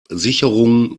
sicherungen